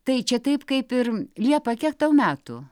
į tai čia taip kaip ir liepa kiek tau metų